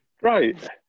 Right